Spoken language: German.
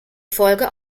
folge